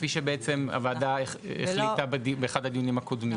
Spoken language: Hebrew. כפי שבעצם הוועדה החליטה באחד הדיונים הקודמים.